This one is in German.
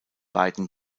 beiden